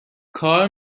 کار